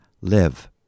Live